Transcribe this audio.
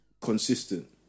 consistent